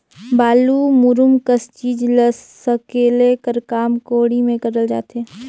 बालू, मूरूम कस चीज ल सकेले कर काम कोड़ी मे करल जाथे